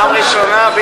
פעם ראשונה.